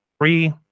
three